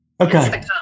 Okay